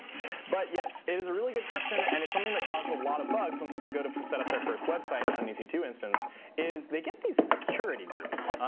but yes, it is a really good question, and it's something that causes a lot of bugs when people go to set up their first website on an e c two instance is they get these security groups.